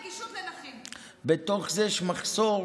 בתוך זה יש מחסור